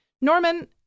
Norman